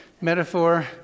metaphor